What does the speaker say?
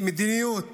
למדיניות